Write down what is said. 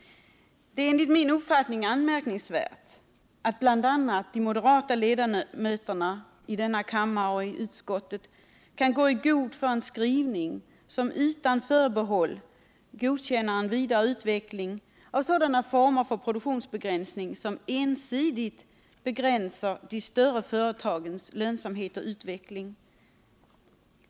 Det är enligt min uppfattning anmärkningsvärt att bl.a. de moderata ledamöterna i denna kammare och i utskottet kan gå i god för en skrivning som utan förbehåll godkänner en vidare utveckling av sådana former för produktionsbegränsning som ensidigt begränsar de större företagens lönsamhet och utveckling.